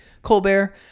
Colbert